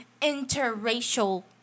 interracial